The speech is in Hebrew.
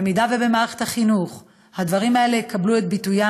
אם במערכת החינוך הדברים האלה יקבלו ביטוי,